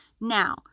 Now